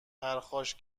پرخاش